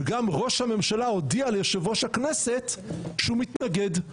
וגם ראש הממשלה הודיע ליושב-ראש הכנסת שהוא מתנגד.